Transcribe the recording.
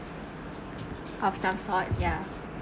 of some sort yeah